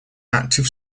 active